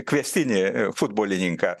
kviestinį futbolininką